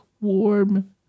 warm